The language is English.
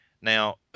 Now